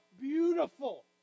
beautiful